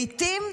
לעיתים,